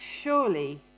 surely